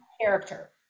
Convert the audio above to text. Character